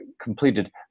completed